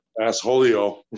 Asshole